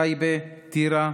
טייבה, טירה,